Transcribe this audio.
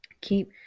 keep